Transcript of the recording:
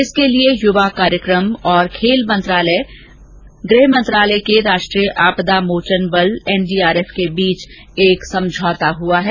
इसके लिए युवा कार्यक्रम और खेल मंत्रालय और गृह मंत्रालय के राष्ट्रीय आपदा मोचन बल एन डी आर एफ के बीच एक समझौता हुआ है